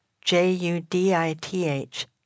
J-U-D-I-T-H